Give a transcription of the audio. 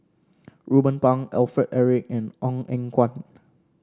Ruben Pang Alfred Eric and Ong Eng Guan